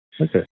Okay